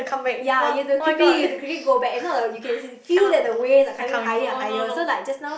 ya you have to quickly you have to quickly go back if not the you can feel the wave are coming higher and higher so like just now